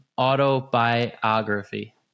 autobiography